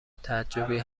تعجبی